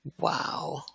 Wow